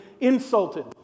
insulted